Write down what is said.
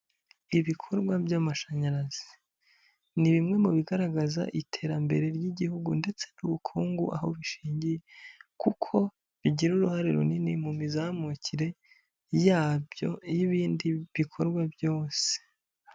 Ibikorwa by'amashanyarazi, ni bimwe mu bigaragaza iterambere ry'igihugu ndetse n'ubukungu aho bishingiye, kuko bigira uruhare runini mu mizamukire yabyo n'ibindi bikorwa byose.